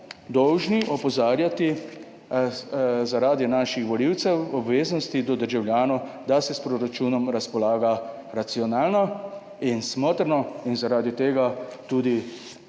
dolžni opozarjati zaradi naših volivcev, obveznosti do državljanov, da se s proračunom razpolaga racionalno in smotrno in zaradi tega tudi